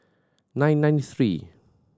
nine nine three